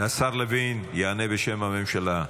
השר לוין יענה בשם הממשלה.